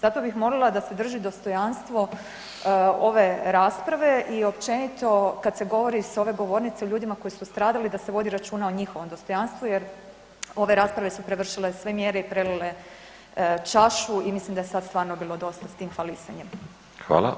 Zato bi molila da se drži dostojanstvo ove rasprave i općenito kad se govori s ove govornice o ljudima koji su stradali da se vodi računa o njihovom dostojanstvu jer ove rasprave su prevršile sve mjere i prelile čašu i mislim da je sad stvarno bilo dosta s tim hvalisanjem.